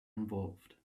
involved